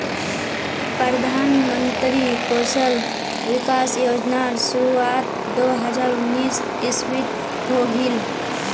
प्रधानमंत्री कौशल विकाश योज्नार शुरुआत दो हज़ार उन्नीस इस्वित होहिल